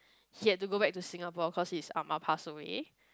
he had to go back to Singapore cause his ah-ma passed away